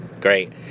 Great